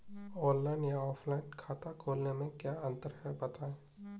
Online या offline खाता खोलने में क्या अंतर है बताएँ?